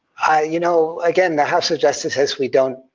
you know, again, the house of justice says, we don't,